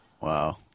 Wow